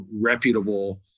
reputable